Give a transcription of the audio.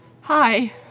Hi